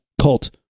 Cult